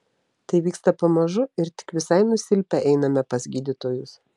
tai vyksta pamažu ir tik visai nusilpę einame pas gydytojus